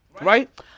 right